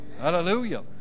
Hallelujah